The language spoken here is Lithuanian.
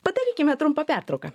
padarykime trumpą pertrauką